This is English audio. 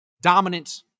dominant